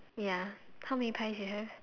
ya how many pies you have